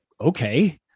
okay